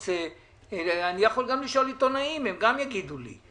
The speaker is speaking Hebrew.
אני יכול לשאול עיתונאים, הם גם יגידו לי.